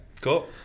cool